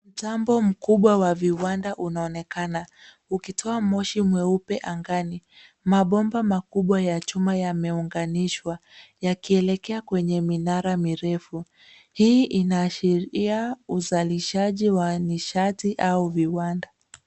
Mtambo mkubwa wa viwanda unaonekana ukitoa moshi mweupe angani. Mabomba makubwa ya chuma yameunganishwa yakielekea kwenye minara mirefu .Hii inaashiria uzalishaji wa nishati au viwanda.